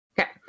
Okay